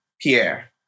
Pierre